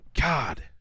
God